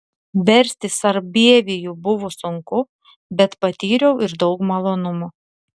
versti sarbievijų buvo sunku bet patyriau ir daug malonumo